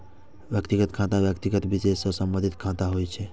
व्यक्तिगत खाता व्यक्ति विशेष सं संबंधित खाता होइ छै